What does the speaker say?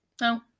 No